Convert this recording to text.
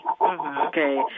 Okay